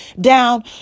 down